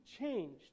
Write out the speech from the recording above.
changed